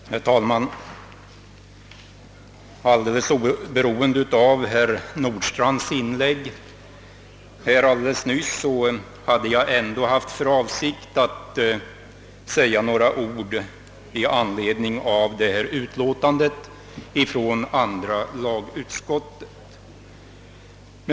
Herr talman! Alldeles oberoende av herr Nordstrandhs inlägg nyss hade jag haft för avsikt att säga några ord med anledning av andra lagsutskottets utlåtande nr 30.